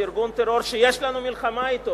ארגון טרור שיש לנו מלחמה אתו,